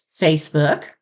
Facebook